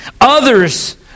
Others